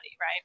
right